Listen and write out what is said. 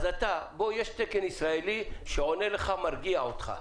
יש תקן ישראלי שעונה לך ומרגיע אותך -- נכון,